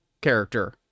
character